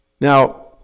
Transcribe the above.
Now